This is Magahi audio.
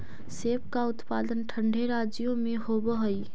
सेब का उत्पादन ठंडे राज्यों में होव हई